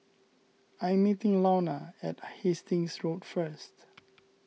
I'm meeting Launa at Hastings Road first